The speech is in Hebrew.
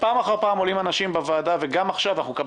ופעם אחר פעם עולים אנשים בוועדה וגם עכשיו אנחנו,